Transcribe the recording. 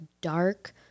dark